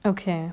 okay